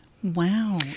Wow